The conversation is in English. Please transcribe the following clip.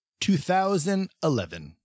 2011